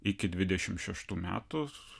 iki dvidešimt šeštų metų